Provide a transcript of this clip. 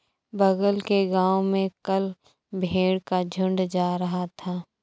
बगल के गांव में कल भेड़ का झुंड जा रहा था